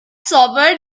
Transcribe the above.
sobered